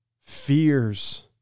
fears